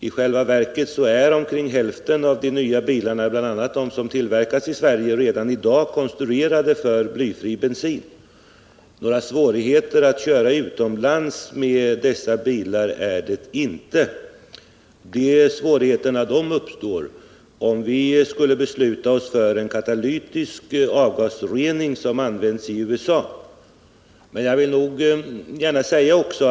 I själva verket är omkring hälften av de nya bilarna — bl.a. de som tillverkas i Sverige — redan i dag konstruerade för blyfri bensin. Det innebär inte några svårigheter att köra utomlands med dessa bilar. De svårigheterna skulle uppstå om vi skulle besluta oss för en katalytisk avgasrening, dvs. en sådan avgasrening som används i USA.